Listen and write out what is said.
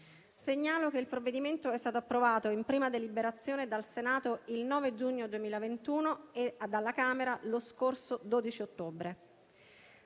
Segnalo che il provvedimento è stato approvato in prima deliberazione dal Senato il 9 giugno 2021 e dalla Camera lo scorso 12 ottobre.